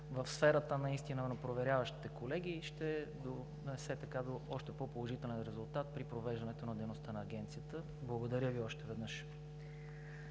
в сферата на проверяващите колеги ще доведе до още по-положителен резултат при провеждането на дейността на Агенцията. Благодаря Ви още веднъж.